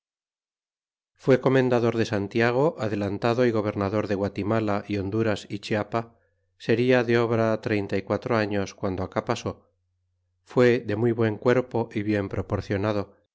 fue comendador de santiago adelantado y gobernador de guatimala é honduras e chiapa seria de obra treinta y quatro años guando acá pasó fue de muy buen cuerpo é bien proporcionado